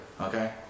Okay